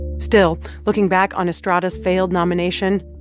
still, looking back on estrada's failed nomination,